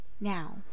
Now